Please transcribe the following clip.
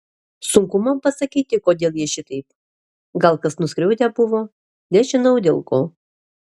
sunku man pasakyti kodėl jie šitaip gal kas nuskriaudę buvo nežinau dėl ko